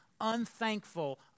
unthankful